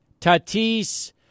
Tatis